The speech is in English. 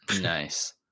Nice